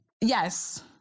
yes